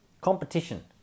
Competition